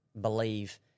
believe